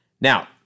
Now